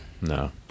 No